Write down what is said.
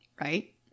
right